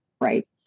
Right